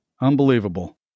Unbelievable